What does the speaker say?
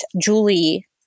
Julie